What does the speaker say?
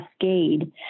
cascade